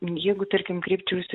jeigu tarkim kreipčiausi